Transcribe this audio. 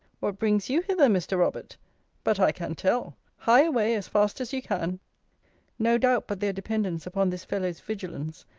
what brings you hither, mr. robert but i can tell. hie away, as fast as you can no doubt but their dependence upon this fellow's vigilance,